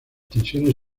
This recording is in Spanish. tensiones